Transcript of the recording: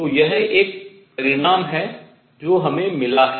तो यह एक परिणाम है जो हमें मिला है